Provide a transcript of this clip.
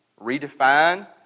redefine